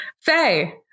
Faye